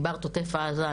דיברת עוטף עזה,